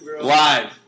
Live